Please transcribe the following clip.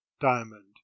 diamond